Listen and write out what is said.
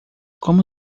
como